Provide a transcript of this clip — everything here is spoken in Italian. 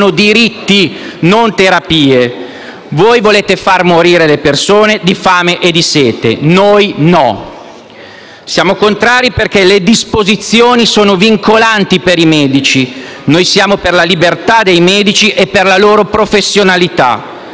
sono diritti e non terapie. Voi volete far morire le persone di fame e sete, noi no. Siamo contrari perché le disposizioni sono vincolanti per i medici. Noi siamo a favore della libertà e della professionalità